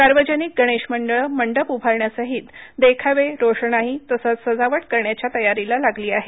सार्वजनिक गणेश मंडळं मंडप उभारण्यासहीत देखावे रोषणाई तसेच सजावट करण्याच्या तयारीला लागली आहेत